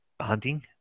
hunting